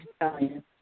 Italian